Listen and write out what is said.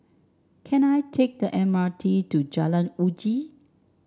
can I take the M R T to Jalan Uji